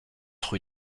rue